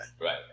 Right